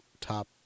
top